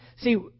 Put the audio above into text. See